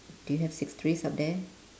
do you have six trees up there